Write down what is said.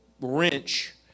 wrench